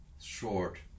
short